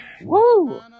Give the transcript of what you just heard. Woo